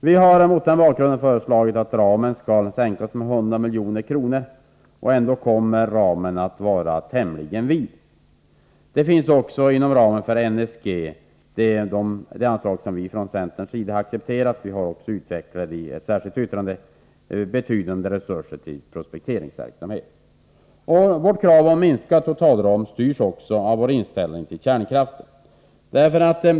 Vi har mot den bakgrunden föreslagit att ramen skall minskas med 100 milj.kr. — ändå kommer den att vara tämligen vid. Det finns också inom ramen för NSG betydande resurser för prospekteringsverksamhet. Vi har från centerns sida också accepterat anslaget till NSG, vilket vi utvecklat i ett särskilt yttrande. Vårt krav på en minskning av totalramen styrs också av vår inställning till kärnkraften.